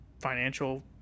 financial